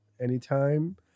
Anytime